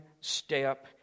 step